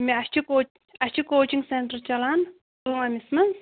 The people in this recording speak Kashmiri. مےٚ اَسہِ چھِ کوچ اَسہِ چھِ کوچِنٛگ سینٹَر چَلان پُلوٲمِس منٛز